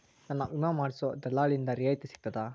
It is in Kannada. ನನ್ನ ವಿಮಾ ಮಾಡಿಸೊ ದಲ್ಲಾಳಿಂದ ರಿಯಾಯಿತಿ ಸಿಗ್ತದಾ?